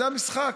זה המשחק.